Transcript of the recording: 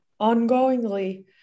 ongoingly